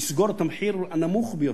לסגור את המחיר הנמוך ביותר.